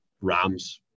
Rams